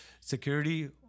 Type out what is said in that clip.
security